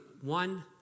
one